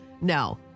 no